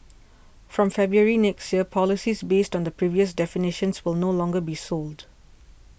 from February next year policies based on the previous definitions will no longer be sold